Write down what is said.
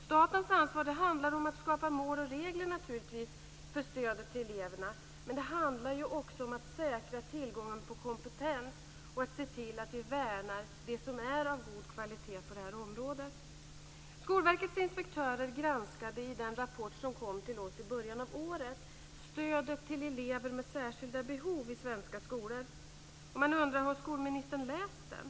Statens ansvar handlar naturligtvis om att skapa mål och regler för stödet till eleverna men det handlar också om att säkra tillgången på kompetens och se till att vi värnar det som på det här området är av god kvalitet. Skolverkets inspektörer har i den rapport som kom till oss i början av året granskat stödet till elever med särskilda behov i svenska skolor. Man undrar om skolministern har läst rapporten.